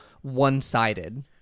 one-sided